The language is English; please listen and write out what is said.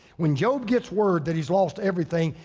when job gets word that he's lost everything.